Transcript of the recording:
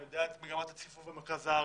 אני יודע את מגמת הציפוף במרכז הארץ.